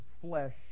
flesh